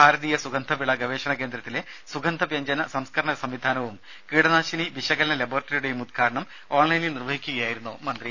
ഭാരതീയ സുഗന്ധവിള ഗവേഷണ കേന്ദ്രത്തിലെ സുഗന്ധവ്യഞ്ജന സംസ്കരണ സംവിധാനവും കീടനാശിനി വിശകലന ലബോറട്ടറിയുടേയും ഉദ്ഘാടനം ഓൺലൈനിൽ നിർവഹിച്ച് സംസാരിക്കുകയായിരുന്നു മന്ത്രി